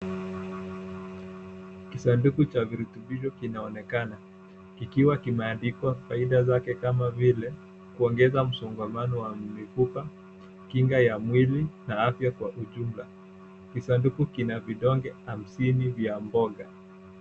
Kisanduku cha virutubisho kinaonekana kikiwa kimeandikwa faida zake kama vile kuongeza msongamano wa mifupa, kinga ya mwili na afya kwa ujumla. Kisanduku kina vidonge hamsini vya mboga.